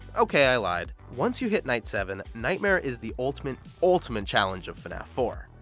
okay, i lied, once you hit night seven, nightmare is the ultimate, ultimate challenge of fnaf four.